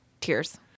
tears